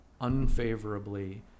unfavorably